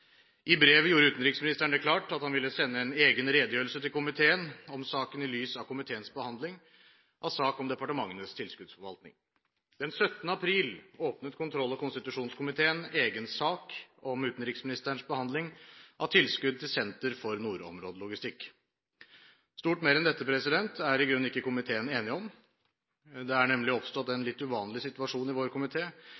I brevet gjorde utenriksministeren det klart at han ville sende en egen redegjørelse til komiteen om saken i lys av komiteens behandling av sak om departementenes tilskuddsforvaltning. Den 17. april åpnet kontroll- og konstitusjonskomiteen egen sak om utenriksministerens behandling av tilskudd til Senter for nordområdelogistikk. Stort mer enn dette er i grunnen ikke komiteen enig om. Det er nemlig oppstått en